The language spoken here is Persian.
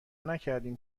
نکردین